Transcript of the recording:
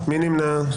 מי נמנע?